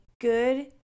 good